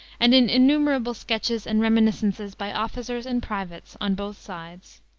and in innumerable sketches and reminiscences by officers and privates on both sides.